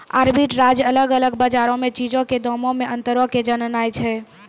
arbitrage अलग अलग बजारो मे चीजो के दामो मे अंतरो के जाननाय छै